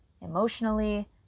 Emotionally